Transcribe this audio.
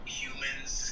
humans